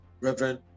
Reverend